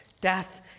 death